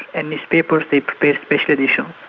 and newspapers, they prepare special editions,